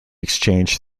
exchange